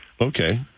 Okay